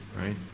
right